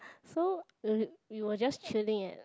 so uh we were just chilling at